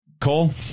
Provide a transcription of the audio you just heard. Cole